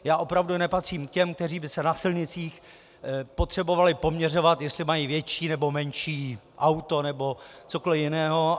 Já opravdu nepatřím k těm, kteří by se na silnicích potřebovali poměřovat, jestli mají větší nebo menší auto nebo cokoliv jiného.